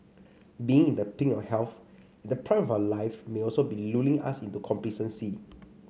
being in the pink of health and the prime of our lives may also be lulling us into complacency